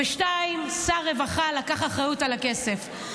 2. שר הרווחה לקח אחריות על הכסף.